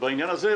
בעניין הזה,